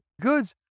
goods